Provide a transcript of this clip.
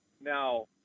now